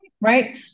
right